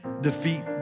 defeat